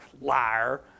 Liar